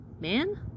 Man